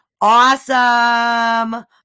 Awesome